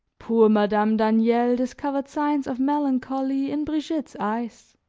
poor madame daniel discovered signs of melancholy in brigitte's eyes.